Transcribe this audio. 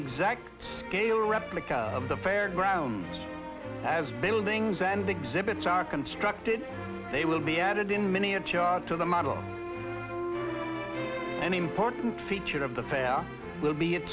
exact scale replica of the fairgrounds as buildings and exhibits constructed they will be added in miniature to the model an important feature of the fair will be